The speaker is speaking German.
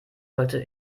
sollte